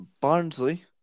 Barnsley